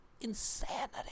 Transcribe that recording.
insanity